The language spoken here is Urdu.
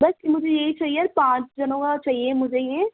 بس مجھے یہی چاہیے اور پانچ جنوں کا چاہیے مجھے یہ